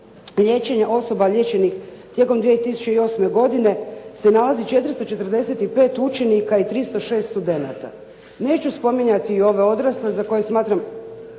osoba liječenih tijekom 2008. godine se nalazi 445 učenika i 306 studenata. Neću spominjati ove odrasle za koje smatram